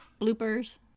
Bloopers